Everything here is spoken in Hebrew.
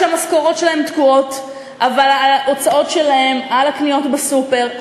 כשהמשכורות שלהם תקועות אבל ההוצאות שלהם על הקניות בסופר,